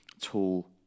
tool